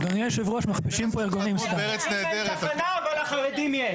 לנכים אין תחנה אבל לחרדים יש.